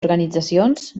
organitzacions